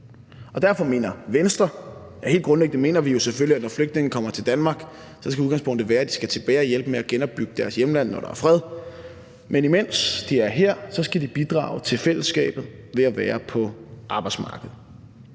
måder en dårlig situation. Helt grundlæggende mener Venstre jo selvfølgelig, at udgangspunktet, når flygtninge kommer til Danmark, skal være, at de skal tilbage og hjælpe med at genopbygge deres hjemland, når der er fred, men imens de er her, skal de bidrage til fællesskabet ved at være på arbejdsmarkedet,